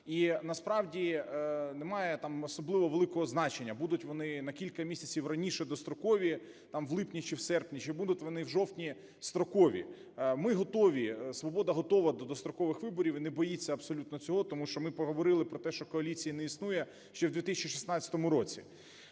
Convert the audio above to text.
і насправді немає там особливо великого значення, будуть вони на кілька місяців раніше, дострокові там в липні чи в серпні, чи будуть вони в жовтні строкові. Ми готові, "Свобода" готова до дострокових виборів, і не боїться абсолютно цього, тому що ми поговорили про те, що коаліції не існує, ще в 2016 році.